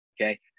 Okay